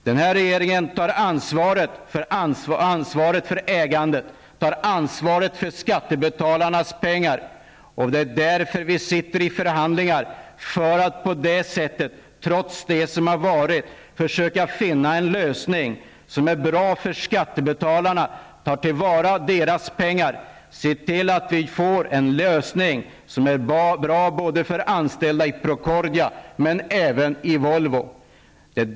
Den här regeringen tar ansvar för ägandet, tar ansvaret för skattebetalarnas pengar, och vi sitter i förhandlingar för att på det sättet -- trots det som har varit -- försöka finna en lösning som är bra för skattebetalarna, tar till vara deras pengar, se till att vi får en lösning som är bra för de anställda i Procordia men även för de anställda i Volvo.